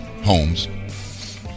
homes